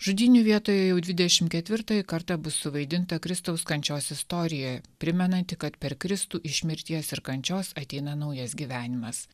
žudynių vietoje jau dvidešim ketvirtąjį kartą bus suvaidinta kristaus kančios istorija primenanti kad per kristų iš mirties ir kančios ateina naujas gyvenimas